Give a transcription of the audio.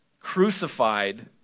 crucified